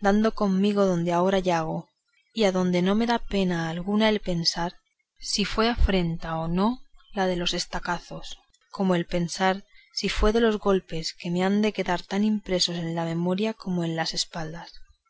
dando conmigo adonde ahora yago y adonde no me da pena alguna el pensar si fue afrenta o no lo de los estacazos como me la da el dolor de los golpes que me han de quedar tan impresos en la memoria como en las espaldas